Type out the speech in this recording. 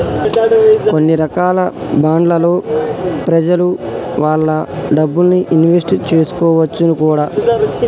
కొన్ని రకాల బాండ్లలో ప్రెజలు వాళ్ళ డబ్బుల్ని ఇన్వెస్ట్ చేసుకోవచ్చును కూడా